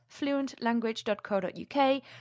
fluentlanguage.co.uk